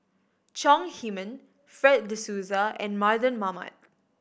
Chong Heman Fred De Souza and Mardan Mamat